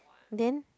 then